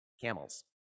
camels